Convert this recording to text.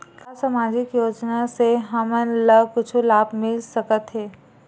का सामाजिक योजना से हमन ला कुछु लाभ मिल सकत हे?